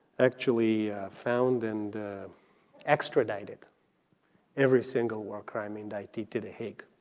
actually found and extradited every single war crime indicted to the hague.